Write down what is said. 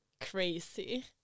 crazy